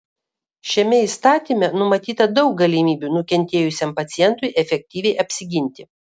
šiame įstatyme numatyta daug galimybių nukentėjusiam pacientui efektyviai apsiginti